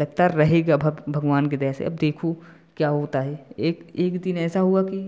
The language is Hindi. लगता रहगा भगवान की दया से अब देखो क्या होता है एक एक दिन ऐसा हुआ कि